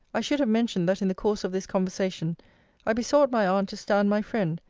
i should have mentioned, that in the course of this conversation i besought my aunt to stand my friend,